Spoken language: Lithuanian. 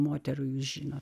moterų žino